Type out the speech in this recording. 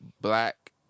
black